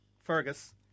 Fergus